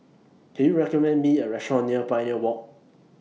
Can YOU recommend Me A Restaurant near Pioneer Walk